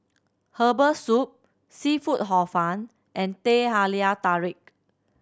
herbal soup seafood Hor Fun and Teh Halia Tarik